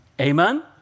Amen